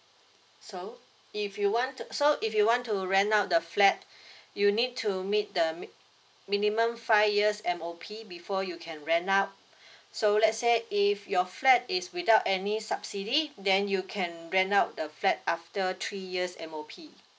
so if you want so if you want to rent out the flat you need to meet the mi~ minimum five years M_O_P before you can rent out so let's say if your fat is without any subsidy then you can rent out the flat after three years M_O_P